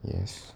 yes